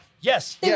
yes